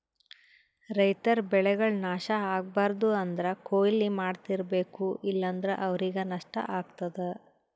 ರೈತರ್ ಬೆಳೆಗಳ್ ನಾಶ್ ಆಗ್ಬಾರ್ದು ಅಂದ್ರ ಕೊಯ್ಲಿ ಮಾಡ್ತಿರ್ಬೇಕು ಇಲ್ಲಂದ್ರ ಅವ್ರಿಗ್ ನಷ್ಟ ಆಗ್ತದಾ